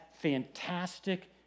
fantastic